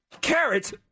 Carrots